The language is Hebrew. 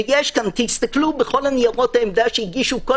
ויש כאן - תסתכלו בכל ניירות העמדה שהגישו כל